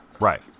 Right